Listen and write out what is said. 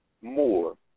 more